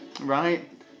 right